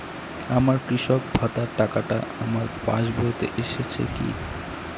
আমার কৃষক ভাতার টাকাটা আমার পাসবইতে এসেছে কি?